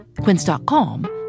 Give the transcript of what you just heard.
quince.com